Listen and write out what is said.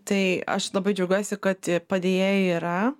tai aš labai džiaugiuosi kad padėjėjai yra